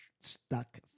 stuck